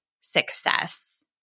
success